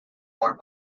more